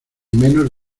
menos